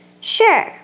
Sure